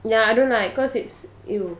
ya I don't like cause it's !eww!